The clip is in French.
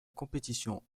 compétition